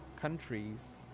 countries